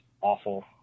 awful